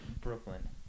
Brooklyn